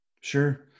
Sure